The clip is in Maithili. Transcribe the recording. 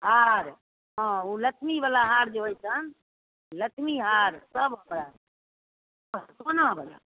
आर हँ ओ लक्षमी बला हार जे होइ छनि लक्षमी हार सब सोना बला